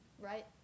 Right